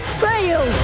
fail